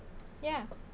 yeah